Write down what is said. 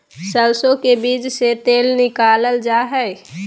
सरसो के बीज से तेल निकालल जा हई